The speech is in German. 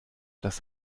das